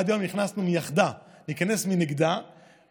עד היום נכנסנו מהיחדה, ניכנס מהנגדה,